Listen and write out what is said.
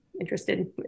interested